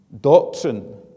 doctrine